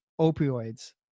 opioids